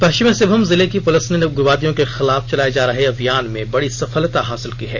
पश्चिमी सिंहभूम जिले की पुलिस ने उग्रवादियों के खिलाफ चलाए जा रहे अभियान में बड़ी सफलता हासिल की है